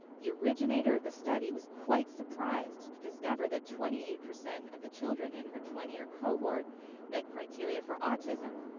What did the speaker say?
the originator of the study was quite surprised to discover that twenty eight percent of the children in her twenty year cohort met criteria for autism.